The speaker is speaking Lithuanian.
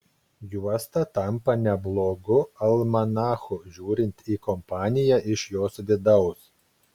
juosta tampa neblogu almanachu žiūrint į kompaniją iš jos vidaus